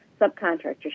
subcontractor